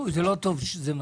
זה לא טוב שזה מסתיר.